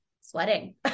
sweating